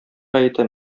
гаете